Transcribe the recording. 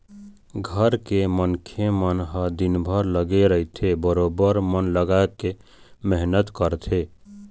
घर के मनखे मन ह दिनभर लगे रहिथे बरोबर मन लगाके मेहनत करथे